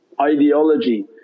ideology